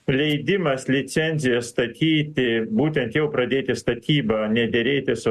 leidimas licencija statyti būtent jau pradėti statybą ne derėtis o